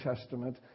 Testament